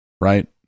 Right